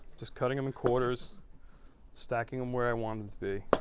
just cutting them in quarters stacking them where i want them to be,